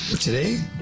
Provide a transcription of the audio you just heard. today